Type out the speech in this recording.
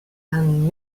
and